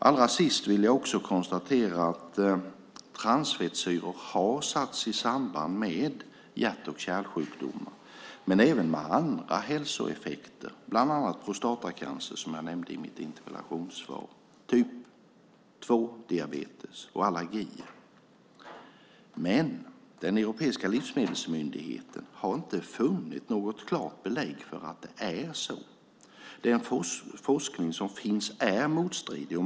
Allra sist konstaterar jag att transfettsyror har satts i samband med hjärt-kärlsjukdomar men även med andra hälsoeffekter. Det gäller bland annat prostatacancer, som jag nämnde i mitt interpellationssvar, typ 2-diabetes och allergier. Men den europeiska livsmedelsmyndigheten har inte funnit något klart belägg för att det är så. Den forskning som finns är motstridig.